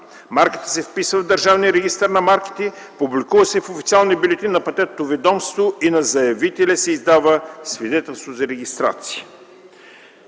Марката се вписва в Държавния регистър на марките, публикува се в официалния бюлетин на Патентното ведомство и на заявителя се издава свидетелство за регистрация.